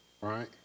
right